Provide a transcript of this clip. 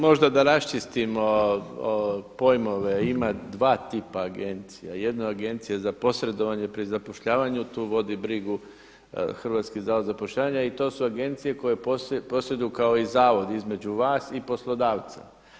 Možda da raščistimo pojmove, ima dva tipa agencija, jedna je Agencija za posredovanje pri zapošljavanju, tu vodi brigu Hrvatski zavod za zapošljavanje i to su agencije koje posreduju kao i zavod između vas i poslodavca.